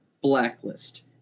blacklist